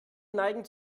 neigen